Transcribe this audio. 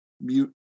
mute